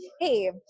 Hey